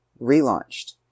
relaunched